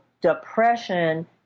depression